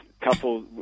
couple